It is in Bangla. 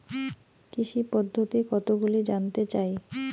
কৃষি পদ্ধতি কতগুলি জানতে চাই?